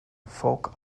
folk